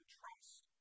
trust